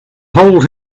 hold